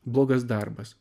blogas darbas